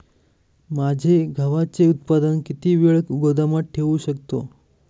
माझे गव्हाचे उत्पादन किती वेळ गोदामात ठेवू शकतो?